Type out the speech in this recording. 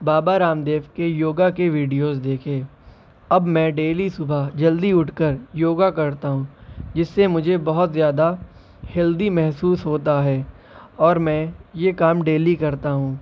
بابا رام دیو کے یوگا کے ویڈیوز دیکھے اب میں ڈیلی صبح جلدی اٹھ کر یوگا کرتا ہوں جس سے مجھے بہت زیادہ ہیلدی محسوس ہوتا ہے اور میں یہ کام ڈیلی کرتا ہوں